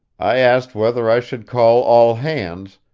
i asked whether i should call all hands,